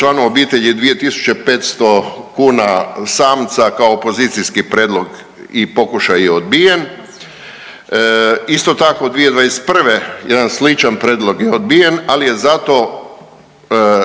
članu obitelji 2.500 kuna samca kao pozicijski prijedlog i pokušaj je odbijen. Isto tako jedan sličan prijedlog je odbijen, ali je zato